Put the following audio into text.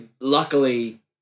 Luckily